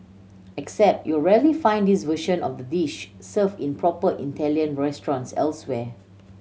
except you'll rarely find this version of the dish served in proper Italian restaurants elsewhere